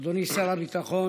אדוני שר הביטחון,